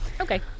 Okay